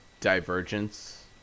divergence